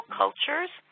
cultures